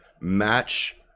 match